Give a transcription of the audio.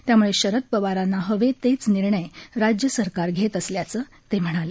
त्यामुळे शरद पवारांना हवे तेच निर्णय राज्य सरकार घेत असल्याचं ते म्हणाले